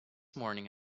morning